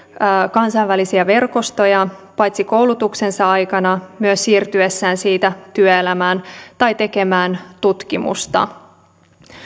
kansainvälisiä verkostoja paitsi koulutuksensa aikana myös siirtyessään siitä työelämään tai tekemään tutkimusta